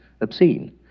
obscene